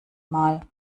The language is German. mal